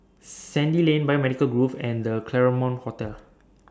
Sandy Lane Biomedical Grove and The Claremont Hotel